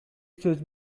сөз